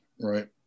right